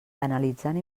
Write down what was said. analitzant